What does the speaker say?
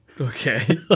Okay